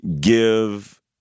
give